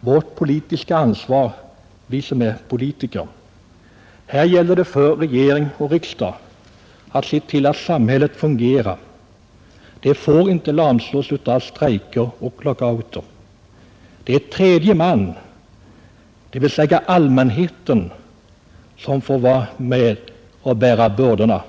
att vi politiker har det politiska ansvaret. Här gäller det för regering och riksdag att se till att samhället fungerar; det får inte lamslås av strejker och lockouter. Det är ju i allra högsta grad tredje man, dvs. allmänheten, som får ta konsekvenserna och bära bördorna.